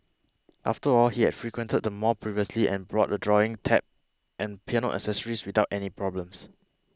after all he had frequented the mall previously and brought a drawing tab and piano accessories without any problems